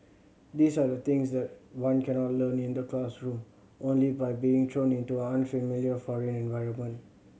these are the things that one cannot learn in the classroom only by being thrown into an unfamiliar foreign environment